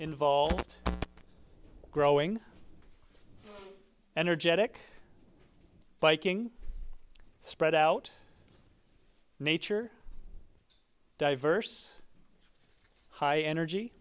involved growing energetic biking spread out nature diverse high energy